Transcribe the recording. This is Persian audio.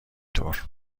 طور